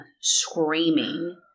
screaming